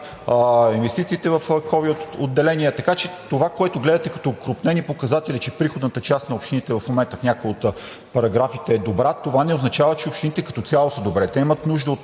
инвестициите в ковид отделения. Така че това, което гледате като окрупнени показатели, че приходната част на общините в момента в някои от параграфите е добра, това не означава, че общините като цяло са добре. Те имат нужда от